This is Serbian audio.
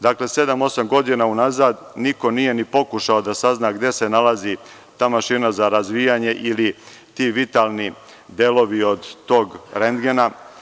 Dakle, sedam-osam godina unazad niko nije ni pokušao da sazna gde se nalazi ta mašina za razvijanje ili ti vitalni delovi od tog rendgena.